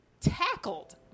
tackled